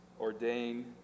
Ordain